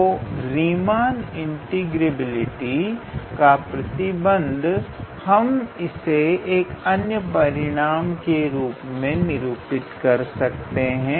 तो Riemann integrability का प्रतिबंध हम इसे एक अन्य परिणाम के रूप में निरूपित कर सकते हैं